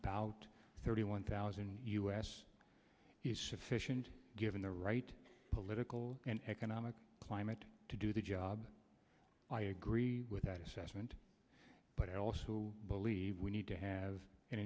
about thirty one thousand u s is sufficient given the right political and economic climate to do the job i agree with that assessment but i also believe we need to have an